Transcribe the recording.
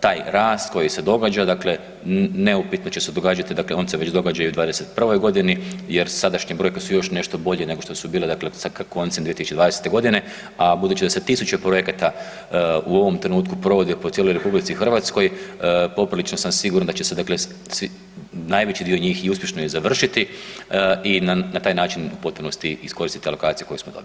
Taj rast koji se događa, dakle neupitno će se događati, dakle on se već događa u 2021. g. jer, sadašnje brojke su još nešto bolji nego što su bile dakle sa koncem 2020. g., a budući da se tisuće projekata u ovom trenutku provodi po cijeloj RH, poprilično sam siguran da će se dakle svi, najveći dio njih i uspješno i završiti i na taj način u potpunosti iskoristiti alokacije koje smo dobili.